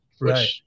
Right